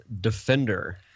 Defender